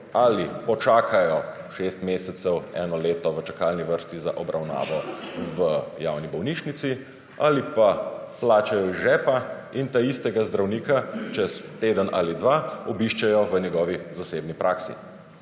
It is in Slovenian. ali počakajo 6 mesecev, 1 leto v čakalni vrsti za obravnavo v javni bolnišnici ali pa plačajo iz žepa in taistega zdravnika čez teden ali dva obiščejo v njegovi zasebni praksi.